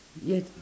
ye~